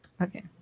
Okay